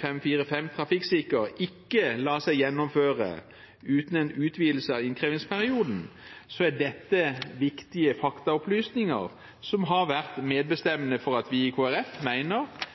545 trafikksikker, ikke lar seg gjennomføre uten en utvidelse av innkrevingsperioden, er dette viktige faktaopplysninger som har vært medbestemmende for at vi i